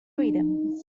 freedom